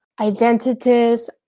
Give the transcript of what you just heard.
identities